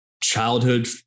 childhood